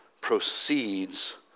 proceeds